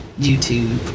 YouTube